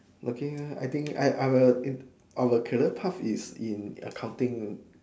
looking I think I I think our career path is in accounting